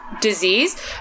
disease